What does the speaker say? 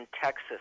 Texas